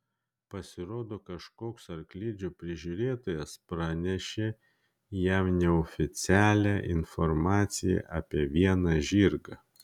pasirodo kažkoks arklidžių prižiūrėtojas pranešė jam neoficialią informaciją apie vieną žirgą